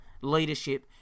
leadership